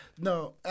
no